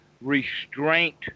restraint